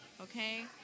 okay